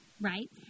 Right